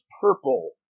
purple